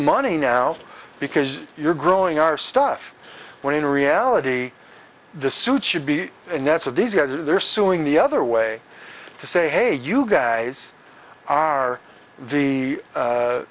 money now because you're growing our stuff when in reality the suit should be a net so these guys are they're suing the other way to say hey you guys are the